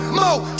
more